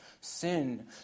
sin